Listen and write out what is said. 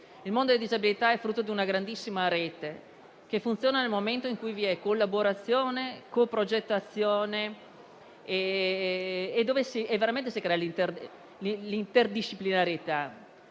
il mondo delle disabilità. Quest'ultimo è frutto di una grandissima rete, che funziona nel momento in cui vi è collaborazione e co-progettazione e in cui si crea l'interdisciplinarietà: